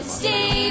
stay